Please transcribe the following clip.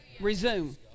Resume